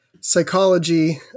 psychology